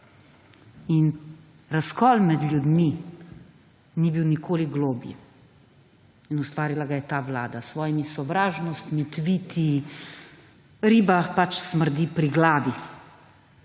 razkol med ljudmi ni bil nikoli globlji in ustvarila ga je ta Vlada s svojimi sovražnostmi, tviti. Riba pač smrti pri glavi.